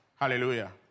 hallelujah